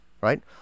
right